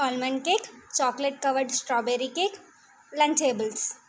almond cake chocolate covered strawberry cake Lunchables